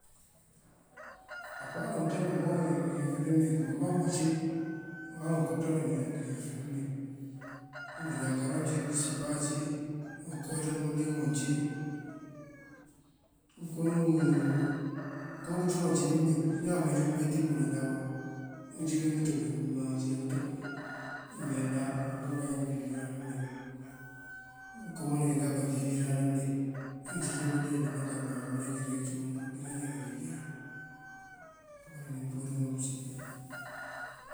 Á par unţëb kowun jee uyafënt dí mëlik ngëmbaŋu cí, ŋalunk uko pëţaţ ngí já ngëyafënt dí mëlik, ngënjankaru cí, ngësimpa cí, angunkawaţ bëliyëng ngun cí. ngënko ngucumal ací dí mëlik. Ñaan meenţ këme itím ngël dí manjakú uncí wí ngënţëb dí ma uncíţ wí unţëb kak ngënënţ ngun jee ngëyandar ngëmënţun kay ngëncíran dí mëlik. Ngënko bëreŋ kak ací dí kacíran dí mëlik ejá ngënţíj bandeela dí pankay má mëlik soŋ cíwun derëñiye dí dan ngënko bëreŋ mul purir pënsitir.